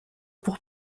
pour